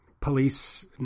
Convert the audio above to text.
Police